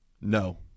No